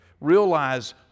realize